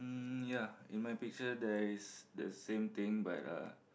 mm a in my picture there is the same thing but uh